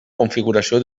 configuració